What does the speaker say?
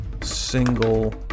single